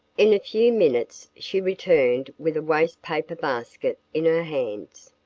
in a few minutes she returned with a waste paper basket in her hands.